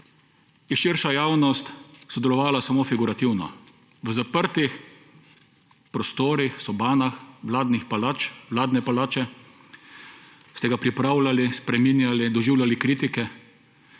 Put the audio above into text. širša javnost sodelovala samo figurativno. V zaprtih prostorih, sobanah vladne palače ste ga pripravljali, spreminjali, doživljali kritike